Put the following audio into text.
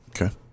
Okay